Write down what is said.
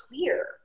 clear